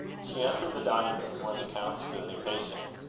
she entered the dining-room, where the count stood impatient.